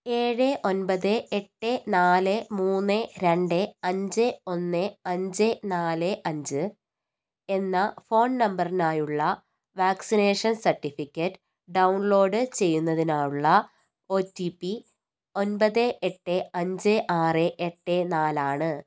ഏഴ് ഒൻപത് എട്ട് നാല് മൂന്ന് രണ്ട് അഞ്ച് ഒന്ന് അഞ്ച് നാല് അഞ്ച് എന്ന ഫോൺ നമ്പറിനായുള്ള വാക്സിനേഷൻ സർട്ടിഫിക്കറ്റ് ഡൗൺലോഡ് ചെയ്യുന്നതിനുള്ള ഒ ടി പി ഒൻപത് എട്ട് അഞ്ച് ആറ് എട്ട് നാലാണ്